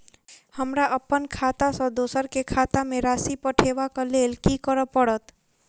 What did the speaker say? हमरा अप्पन खाता सँ दोसर केँ खाता मे राशि पठेवाक लेल की करऽ पड़त?